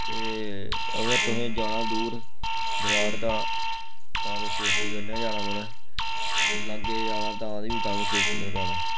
ते अगर तुसें जाना दूर दरार तां तां ते सेफ्टी कन्नै गै जाना पौना लागै जाना तां ते बी तां बी सेफ्टी कन्नै जाना ऐ